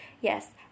Yes